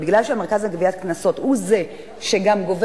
מאחר שהמרכז לגביית קנסות הוא זה שגם גובה